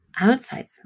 outside